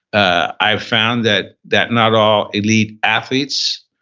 i've found that that not all elite athletes,